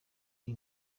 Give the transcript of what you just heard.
iyi